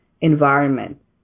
environment